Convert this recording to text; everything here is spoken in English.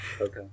Okay